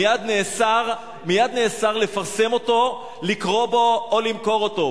מייד נאסר לפרסם אותו, לקרוא בו או למכור אותו.